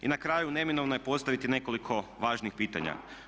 I na kraju neminovno je postaviti nekoliko važnih pitanja.